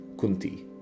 Kunti